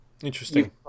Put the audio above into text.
Interesting